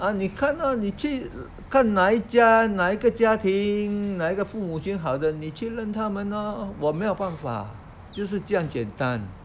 ah 你看 lor 你去看哪一家哪一个家庭哪一个父母亲好的你去认他们 lor 我没有办法就是这样简单